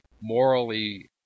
morally